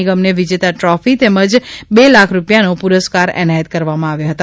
નિગમને વિજેતા ટ્રોફી તેમજ બે લાખ રૂપિયાનો પુરસ્કાર એનાયત કરવામાં આવ્યા હતા